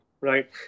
Right